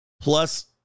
plus